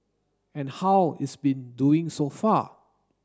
and how is been doing so far